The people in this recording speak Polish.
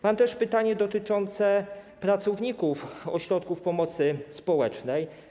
Mam też pytanie dotyczące pracowników ośrodków pomocy społecznej.